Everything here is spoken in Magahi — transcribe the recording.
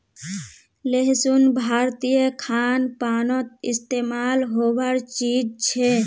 लहसुन भारतीय खान पानोत इस्तेमाल होबार चीज छे